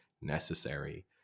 necessary